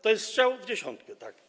To jest strzał w dziesiątkę, tak.